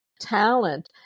talent